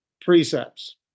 precepts